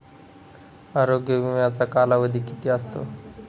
आरोग्य विम्याचा कालावधी किती असतो?